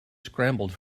scrambled